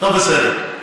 טוב, בסדר.